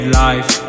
life